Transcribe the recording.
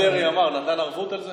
אם דרעי אמר, הוא נתן ערבות על זה?